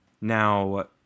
Now